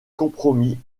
compromis